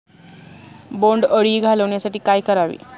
बोंडअळी घालवण्यासाठी काय करावे?